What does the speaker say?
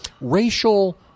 racial